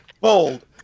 Bold